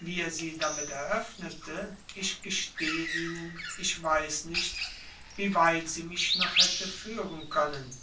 wie er sie damit eröffnete ich gestehe ihnen ich weiß nicht wie weit sie mich noch hätte führen können